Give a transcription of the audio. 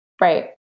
Right